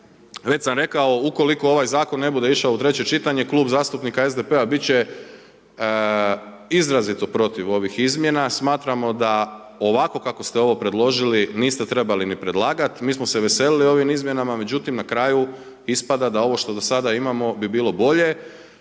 Već sam rekao, ukoliko ovaj zakon ne bude išao u treće čitanje Klub zastupnika SDP-a bit će izrazito protiv ovih izmjena. Smatramo da ovako kako ste ovo predložili niste trebali niti predlagati. Mi smo se veselili ovim izmjenama. Međutim na kraju ispada da ovo što do sada imamo bi bilo bolje.